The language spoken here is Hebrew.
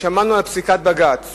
ושמענו על פסיקת בג"ץ